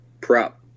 Prop